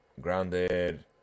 Grounded